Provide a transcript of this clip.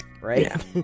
right